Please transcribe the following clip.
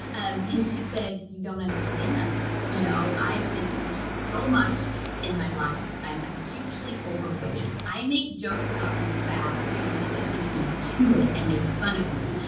ah and she said, you don't understand! you know i've been through so much in my life. i'm hugely overweight, i make jokes about being fat, so someone doesn't beat me to it and make fun of me.